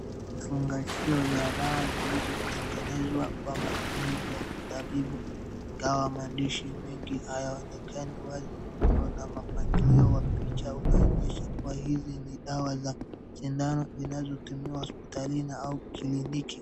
Vifungashio vya dawa zilizotegenezwa kwa matumizi ya kitabibu ingawa maandishi nyingi hayaonekani wazi, muundo na mpangilio wa picha unaonyesha hizi ni dawa za sindano zinazotumiwa hospitalini au kliniki.